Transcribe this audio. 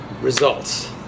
results